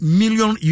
million